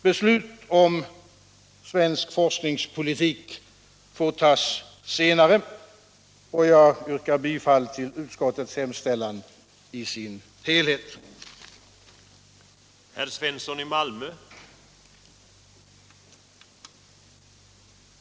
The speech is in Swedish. Beslut om svensk forskningspolitik får tas senare. Jag yrkar bifall till utskottets hemställan i dess helhet.